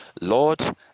Lord